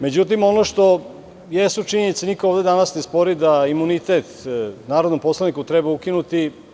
Međutim, ono što jesu činjenice, niko ovde danas ne spori da imunitet narodnom poslaniku treba ukinuti.